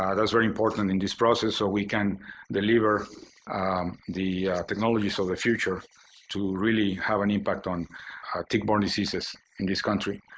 ah that's very important in this process so we can deliver the technologies of so the future to really have an impact on tick-borne diseases in this country.